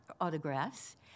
autographs